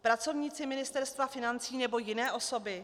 Pracovníci Ministerstva financí, nebo jiné osoby?